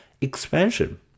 expansion